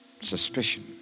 Suspicion